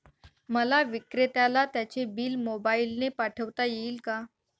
मला विक्रेत्याला त्याचे बिल मोबाईलने पाठवता येईल का?